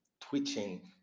twitching